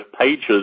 pages